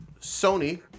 Sony